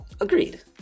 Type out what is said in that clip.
Agreed